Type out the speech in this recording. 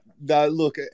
Look